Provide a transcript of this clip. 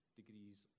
degrees